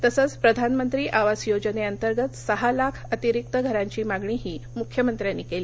तसंच प्रधानमंत्री आवास योजनेअंतर्गत सहा लाख अतिरिक्त घरांची मागणीही मुख्यमंत्र्यानी केली